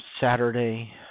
Saturday